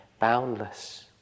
boundless